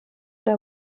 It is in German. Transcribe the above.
der